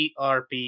ERP